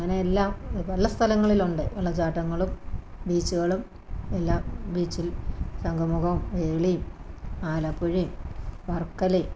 അങ്ങനെ എല്ലാം പല സ്ഥലങ്ങളിലുണ്ട് വെള്ളച്ചാട്ടങ്ങളും ബീച്ചുകളും എല്ലാം ബീച്ചിൽ ശംഖുമുഖവും വേളിയും ആലപ്പുഴയും വർക്കലയും